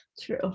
True